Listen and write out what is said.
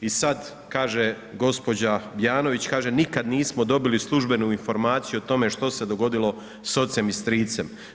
I sada kaže gospođa Bjanović kaže: „Nikad nismo dobili službenu informaciju o tome što se dogodilo s ocem i stricem.